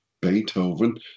Beethoven